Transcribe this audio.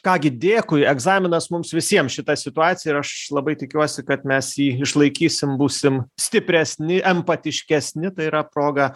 ką gi dėkui egzaminas mums visiems šita situacija ir aš labai tikiuosi kad mes jį išlaikysim būsim stipresni empatiškesni tai yra proga